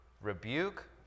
rebuke